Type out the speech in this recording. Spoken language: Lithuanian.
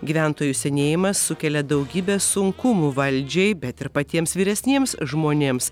gyventojų senėjimas sukelia daugybę sunkumų valdžiai bet ir patiems vyresniems žmonėms